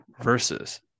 versus